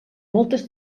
moltes